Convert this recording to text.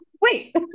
Wait